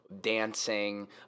dancing